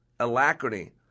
Alacrity